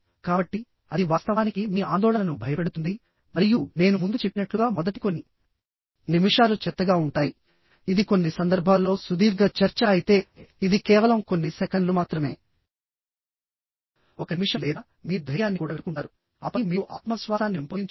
కాబట్టి అది వాస్తవానికి మీ ఆందోళనను భయపెడుతుంది మరియు నేను ముందు చెప్పినట్లుగా మొదటి కొన్ని నిమిషాలు చెత్తగా ఉంటాయి ఇది కొన్ని సందర్భాల్లో సుదీర్ఘ చర్చ అయితే ఇది కేవలం కొన్ని సెకన్లు మాత్రమే ఒక నిమిషం లేదా మీరు ధైర్యాన్ని కూడగట్టుకుంటారుఆపై మీరు ఆత్మవిశ్వాసాన్ని పెంపొందించుకుంటారు